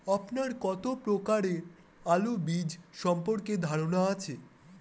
আপনার কত প্রকারের আলু বীজ সম্পর্কে ধারনা আছে?